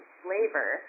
flavor